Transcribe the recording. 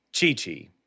Chi-Chi